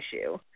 issue